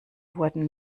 wurden